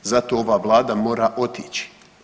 Zato ova Vlada mora otići.